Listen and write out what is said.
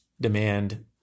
demand